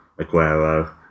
Aguero